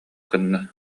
гынна